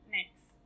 Next